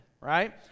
right